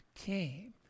came